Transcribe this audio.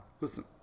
Listen